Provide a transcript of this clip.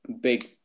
big